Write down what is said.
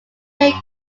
take